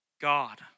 God